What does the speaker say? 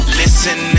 listen